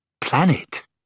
Planet